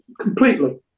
completely